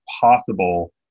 possible